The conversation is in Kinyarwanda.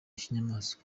kinyamaswa